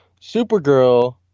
Supergirl